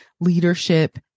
leadership